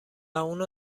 اونو